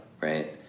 right